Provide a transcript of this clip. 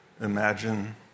imagine